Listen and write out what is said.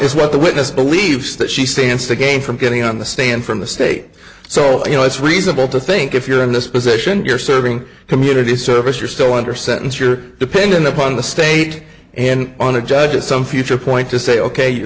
is what the witness believes that she stands to gain from getting on the stand from the state so you know it's reasonable to think if you're in this position you're serving community service you're still under sentence you're depending upon the state and on the judge at some future point to say ok you